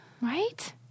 Right